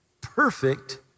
perfect